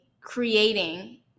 creating